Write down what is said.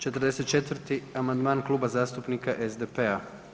44. amandman Kluba zastupnika SDP-a.